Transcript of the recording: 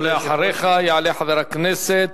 אחריך יעלה חבר הכנסת